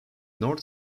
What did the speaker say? north